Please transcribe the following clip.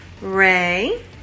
Ray